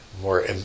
more